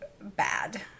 bad